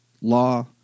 law